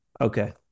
Okay